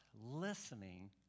listening